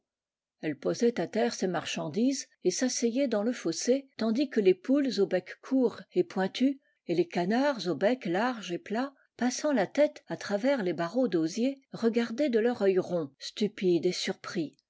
elle posait à terre ses marchandises et s'asseyait dans le fossé tandis que les poules au bec court et pointu et les canards au bec large et plat passant la tête à travers les barreaux d'osier regardaient de leur œil rond stupide et surpris